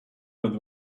with